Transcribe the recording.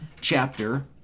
chapter